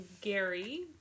Gary